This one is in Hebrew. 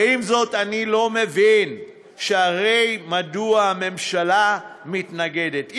עם זאת, אני לא מבין: הרי מדוע הממשלה מתנגדת.